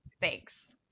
thanks